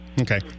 okay